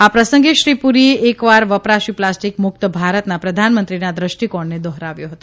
આ પ્રસંગે શ્રી પુરીએ એકવાર વ રાશી પ્લાસ્ટીક મુકત ભારતના પ્રધાનમંત્રીના દ્રષ્ટીકોણને દોહરાવ્યો હતો